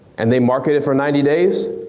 and they market it for ninety days,